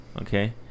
okay